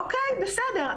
אוקי, בסדר.